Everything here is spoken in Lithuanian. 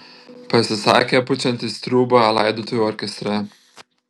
pasisakė pučiantis triūbą laidotuvių orkestre